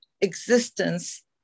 existence